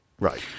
Right